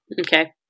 Okay